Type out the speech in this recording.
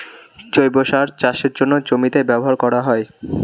জৈব সার চাষের জন্যে জমিতে ব্যবহার করা হয়